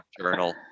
Journal